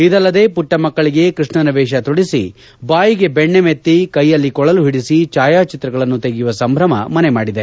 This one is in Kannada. ಇದಲ್ಲದೆ ಮಟ್ಟ ಮಕ್ಕಳಿಗೆ ಕೃಷ್ಣನ ವೇಷ ತೊಡಿಸಿ ಬಾಯಿಗೆ ಬೆಣ್ಣ ಮೆತ್ತಿ ಕೈಯಲ್ಲಿ ಕೊಳಲು ಒಡಿಸಿ ಛಾಯಾಚಿತ್ರಗಳನ್ನು ತೆಗೆಯುವ ಸಂಭ್ರಮ ಮನೆ ಮಾಡಿದೆ